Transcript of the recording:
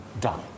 done